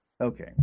Okay